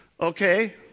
okay